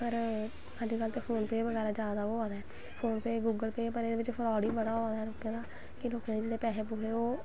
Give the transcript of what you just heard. पर अज्ज कल ते फोन पे बगैरा जादा होआ दा ऐ फोन पे गुगल पे पर एह्दे बिच्च फ्राड़ बी बड़ा होआ दा ऐ कि लोकें दे इन्ने पैसे ओह्